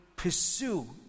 pursue